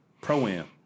Pro-Am